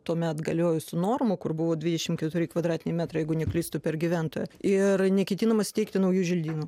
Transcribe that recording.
tuomet galiojusių normų kur buvo dvidešim keturi kvadratiniai metrai jeigu neklystu per gyventoją ir neketinama steigti naujų želdynų